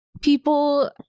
people